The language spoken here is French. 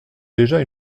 déjà